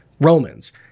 Romans